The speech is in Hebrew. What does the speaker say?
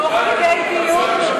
תוך כדי דיון?